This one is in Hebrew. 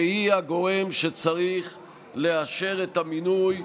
שהיא הגורם שצריך לאשר את המינוי,